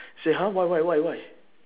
say !huh! why why why why